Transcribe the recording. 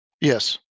Yes